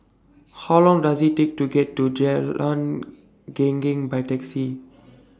How Long Does IT Take to get to Jalan Geneng By Taxi